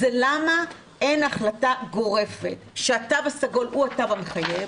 זה למה אין החלטה גורפת שהתו הסגול הוא התו המחייב